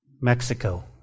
Mexico